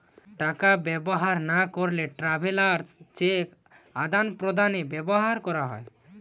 টাকা ব্যবহার না করলে ট্রাভেলার্স চেক আদান প্রদানে ব্যবহার করা হয়